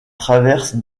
traverse